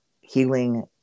Healing